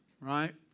right